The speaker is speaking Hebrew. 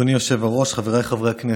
אדוני היושב-ראש, חבריי חברי הכנסת,